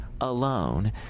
alone